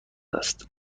است